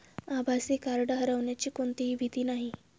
आभासी कार्ड हरवण्याची कोणतीही भीती नाही